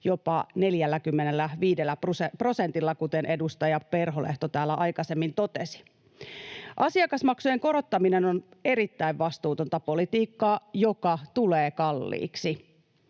jopa 45 prosentilla, kuten edustaja Perholehto täällä aikaisemmin totesi. Asiakasmaksujen korottaminen on erittäin vastuutonta politiikkaa, joka tulee kalliiksi.